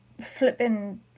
flipping